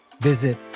visit